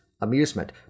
amusement